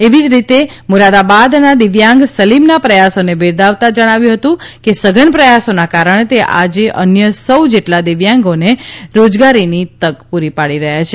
એવી જ રીતે મુરાદાબાદના દિવ્યાંગ સલમાનના પ્રયાસોને બિરદાવતા જણાવ્યું હતું કે સઘન પ્રયાસોના કારણે તે આજે અન્ય સો જેટલા દિવ્યાંગોને રોજગારીની તક આપી રહ્યો છે